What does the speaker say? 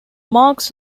marx